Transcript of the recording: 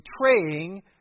betraying